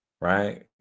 right